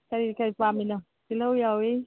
ꯀꯔꯤ ꯀꯔꯤ ꯄꯥꯝꯃꯤꯅꯣ ꯇꯤꯜꯍꯧ ꯌꯥꯎꯏ